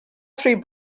three